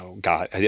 God